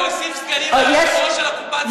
ולהוסיף סגנים ליושב-ראש על חשבון הקופה הציבורית,